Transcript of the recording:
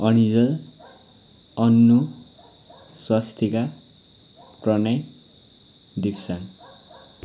Anijal Annu Swastika Pranay Dipsang